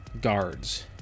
guards